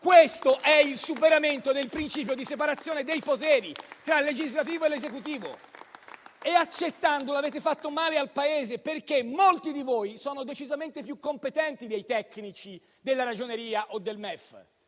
Questo è il superamento del principio di separazione dei poteri tra legislativo ed Esecutivo. Accettando, avete fatto male al Paese, perché molti di voi sono decisamente più competenti dei tecnici della Ragioneria generale